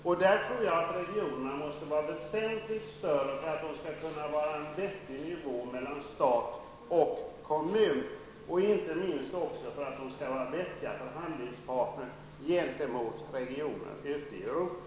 Jag tror att regionerna måste vara väsentligt större för att det skall bli en vettig nivå mellan stat och kommun. De måste också vara vettiga förhandlingsparter gentemot regionerna ute i Europa.